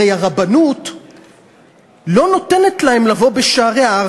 הרי הרבנות לא נותנת להם לבוא בשעריה,